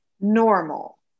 normal